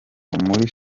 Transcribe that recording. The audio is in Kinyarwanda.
muri